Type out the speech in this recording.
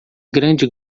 grande